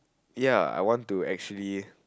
ya I want to actually